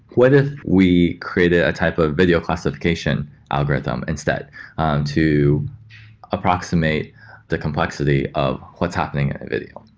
what if we created a type of video classification algorithm instead to approximate the complexity of what's happening at a video,